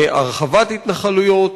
הרחבת התנחלויות.